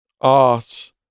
art